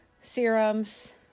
serums